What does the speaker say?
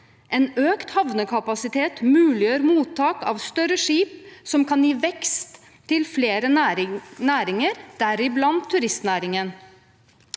En økt havnekapasitet muliggjør mottak av større skip som kan gi vekst til flere næringer, deriblant turistnæringen.